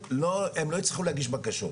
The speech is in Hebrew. הם לא יצטרכו להגיש בקשות.